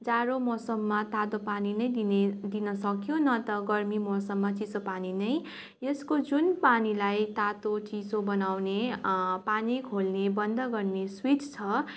जाडो मौसममा तातो पानी नै दिने दिनसक्यो न त गर्मी मौसममा चिसो पानी नै यसको जुन पानीलाई तातो चियो बनाउने पानी खोल्ने बन्द गर्ने स्विच छ